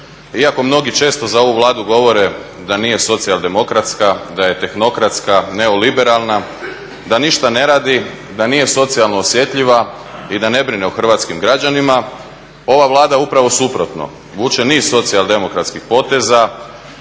iako mnogi često za ovu Vladu govore da nije socijaldemokratska, da je tehnokratska, neoliberalna, da ništa ne radi, da nije socijalno osjetljiva i da ne brine o hrvatskim građanima ova Vlada upravo suprotno vuče niz socijaldemokratskih poteza